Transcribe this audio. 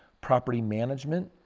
property management,